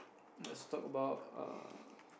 let's talk about err